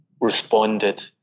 responded